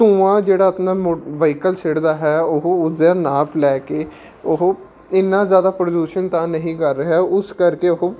ਧੂੰਆਂ ਜਿਹੜਾ ਆਪਣਾ ਮੋ ਵਹੀਕਲ ਛੱਡਦਾ ਹੈ ਉਹ ਉਸ ਦਾ ਨਾਪ ਲੈ ਕੇ ਉਹ ਇੰਨਾ ਜ਼ਿਆਦਾ ਪ੍ਰਦੂਸ਼ਣ ਤਾਂ ਨਹੀਂ ਕਰ ਰਿਹਾ ਉਸ ਕਰਕੇ ਉਹ